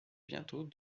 bientôt